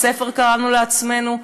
עַם הספר, קראנו לעצמנו?